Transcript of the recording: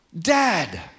dad